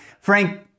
Frank